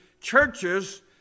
churches